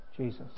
Jesus